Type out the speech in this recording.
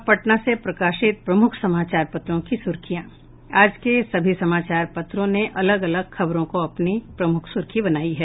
अब पटना से प्रकाशित प्रमुख समाचार पत्रों की सुर्खियां आज के सभी समाचार पत्रों ने अलग अलग खबरों को अपनी प्रमुख सूर्खी बनायी है